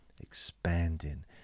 expanding